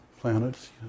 planets